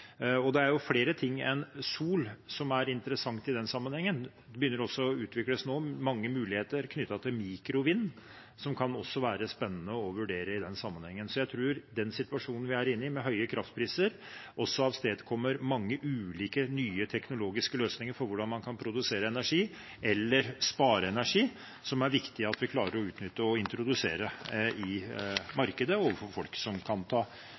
Det er flere ting enn sol som er interessant i den sammenhengen. Det begynner også å utvikles mange muligheter knyttet til mikrovind nå, som kan være spennende å vurdere i den sammenhengen. Jeg tror den situasjonen vi er inne i, med høye kraftpriser, også avstedkommer mange ulike nye teknologiske løsninger for hvordan man kan produsere energi eller spare energi, som det er viktig at vi klarer å utnytte og introdusere i markedet og overfor folk som kan ta